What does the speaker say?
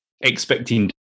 expecting